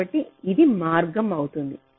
కాబట్టి ఇది మార్గం అవుతుంది